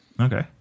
Okay